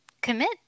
commit